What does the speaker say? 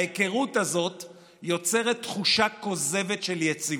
ההיכרות הזאת יוצרת תחושה כוזבת של יציבות.